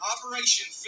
Operation